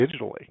digitally